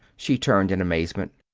she turned in amazement.